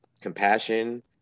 compassion